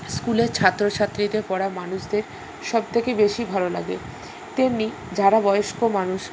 স্কুলের ছাত্রছাত্রীদের পড়া মানুষদের সবথেকে বেশি ভালো লাগে তেমনি যারা বয়স্ক মানুষ